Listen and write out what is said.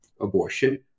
abortion